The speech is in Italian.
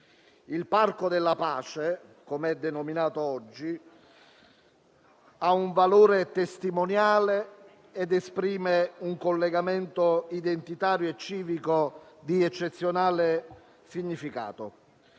Il Parco della pace - come è denominato oggi - ha un valore testimoniale ed esprime un collegamento identitario e civico di eccezionale significato.